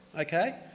okay